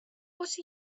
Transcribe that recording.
what